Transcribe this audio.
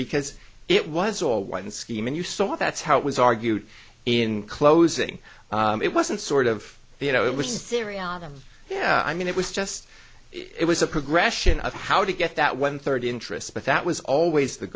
because it was all white and scheme and you saw that's how it was argued in closing it wasn't sort of you know it was serious yeah i mean it was just it was a progression of how to get that one third interest but that was always the